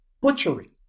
butchery